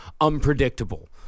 unpredictable